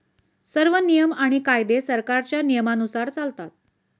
सर्व नियम आणि कायदे सरकारच्या नियमानुसार चालतात